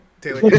Taylor